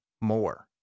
more